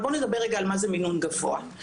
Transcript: בואו נגיד מה זה מינון גבוה.